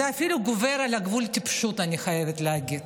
זה אפילו עובר את גבול הטיפשות, אני חייבת להגיד.